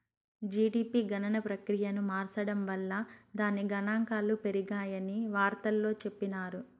GDP గణన ప్రక్రియను మార్సడం వల్ల దాని గనాంకాలు పెరిగాయని వార్తల్లో చెప్పిన్నారు